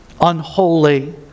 Unholy